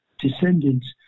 descendants